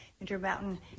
Intermountain